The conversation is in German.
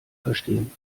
verstehen